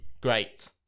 great